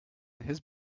his